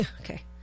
okay